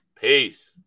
Peace